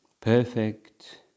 perfect